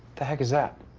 the heck is that?